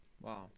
Wow